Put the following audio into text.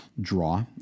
draw